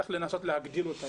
צריך לנסות להגדיל אותה,